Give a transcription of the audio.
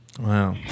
wow